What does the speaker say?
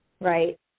right